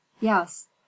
Yes